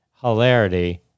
Hilarity